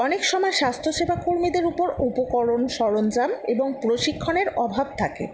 অনেক সময় স্বাস্থ্যসেবা কর্মীদের উপর উপকরণ সরঞ্জাম এবং প্রশিক্ষণের অভাব থাকে